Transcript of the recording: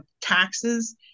taxes